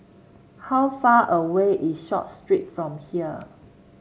how far away is Short Street from here